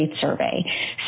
Survey